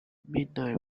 midnight